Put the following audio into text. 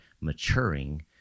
maturing